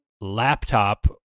laptop